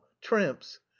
tramps